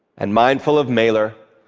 and mindful of mailer,